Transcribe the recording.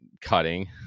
cutting